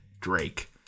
Drake